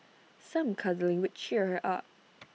some cuddling would cheer her up